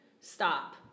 stop